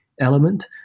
element